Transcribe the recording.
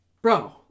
Bro